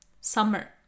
Summer